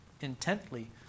intently